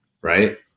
right